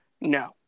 no